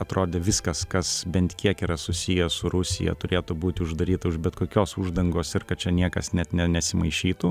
atrodė viskas kas bent kiek yra susiję su rusija turėtų būti uždaryta už bet kokios uždangos ir kad čia niekas net ne nesimaišytų